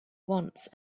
once